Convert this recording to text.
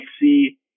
see